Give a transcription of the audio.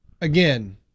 again